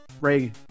Reagan